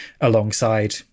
alongside